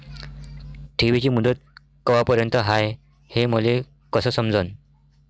ठेवीची मुदत कवापर्यंत हाय हे मले कस समजन?